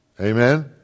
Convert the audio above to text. Amen